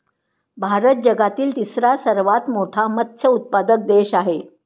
भारत जगातील तिसरा सर्वात मोठा मत्स्य उत्पादक देश आहे